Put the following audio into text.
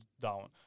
down